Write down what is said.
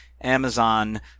Amazon